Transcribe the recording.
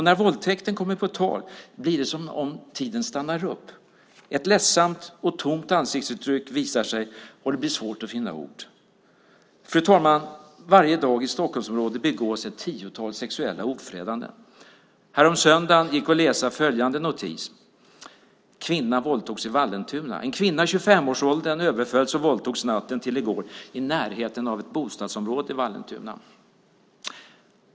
När våldtäkten kommer på tal blir det som om tiden stannar upp - ett ledsamt och tomt ansiktsuttryck visar sig och det blir svårt att finna ord. Fru talman! Varje dag begås i Stockholmsområdet ett tiotal sexuella ofredanden. Häromsöndagen kunde vi läsa följande notis: Kvinna våldtogs i Vallentuna. En kvinna i 25-årsålderna överfölls och våldtogs natten till i går i närheten av ett bostadsområde i Vallentuna.